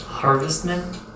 Harvestmen